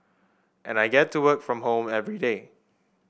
and I get to work from home everyday